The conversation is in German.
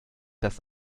das